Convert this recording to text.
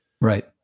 Right